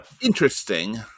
interesting